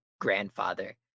grandfather